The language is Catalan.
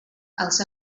els